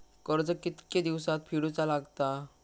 कर्ज कितके दिवसात फेडूचा लागता?